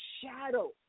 shadow